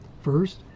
First